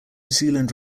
zealand